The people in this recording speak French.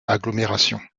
agglomération